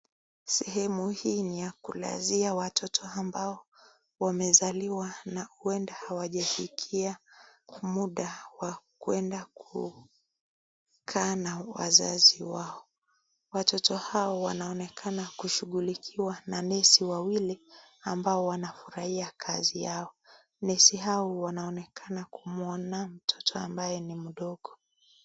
Sehemu hii ni ya kulazia watoto ambao wamezaliwa na huenda hawajafikia muda wa kuenda kukaa na wazazi wao. Watoto hao wanaonekana kushughulikiwa na nesi wawili ambao wanafurahia kazi yao. Nesi hao wanaonekana kumuona mtoto ambaye ni mdogo.